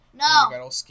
No